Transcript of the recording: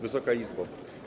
Wysoka Izbo!